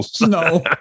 No